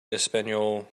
español